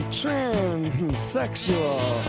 transsexual